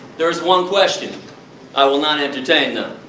there is one question i will not entertain, though